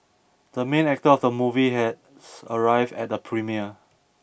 the main actor of the movie has arrived at the premiere